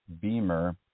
Beamer